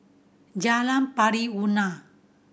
Jalan Pari Unak